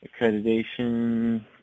accreditation